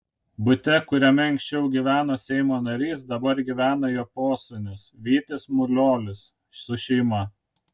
bute kuriame anksčiau gyveno seimo narys dabar gyvena jo posūnis vytis muliuolis su šeima